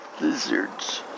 Lizards